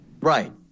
Right